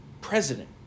president